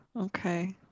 okay